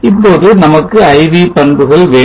இப்போது நமக்கு IV பண்புகள் வேண்டும்